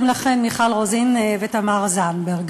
מיכל רוזין ותמר זנדברג,